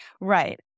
Right